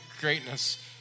greatness